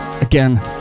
again